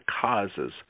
causes